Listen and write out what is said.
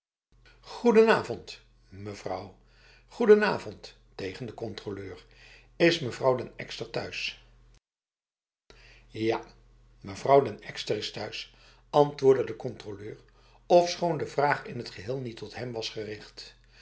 goedenavond mevrouwh goedenavond tegen de controleur is mevrouw den ekster thuis ja mevrouw den ekster is thuis antwoordde de controleur ofschoon de vraag in het geheel niet tot hem was gericht